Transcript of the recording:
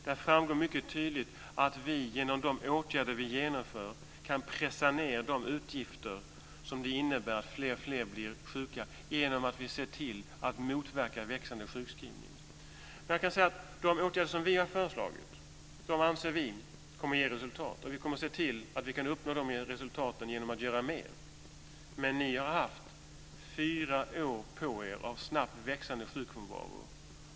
Där framgår mycket tydligt att vi genom de åtgärder vi genomför kan pressa ned de utgifter som det innebär när fler och fler blir sjuka genom att vi ser till att motverka det växandet antalet sjukskrivningar. De åtgärder som vi har föreslagit kommer att ge resultat. Vi kommer att se till att uppnå de resultaten genom att göra mer. Men ni har haft fyra år på er av snabbt växande sjukfrånvaro.